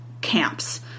camps